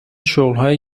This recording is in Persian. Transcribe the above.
شغلهایی